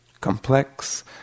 complex